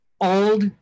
old